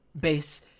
base